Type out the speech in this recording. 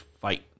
fight